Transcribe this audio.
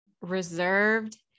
reserved